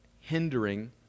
hindering